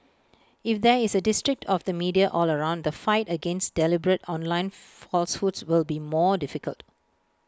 if there is A distrust of the media all around the fight against deliberate online falsehoods will be more difficult